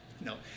No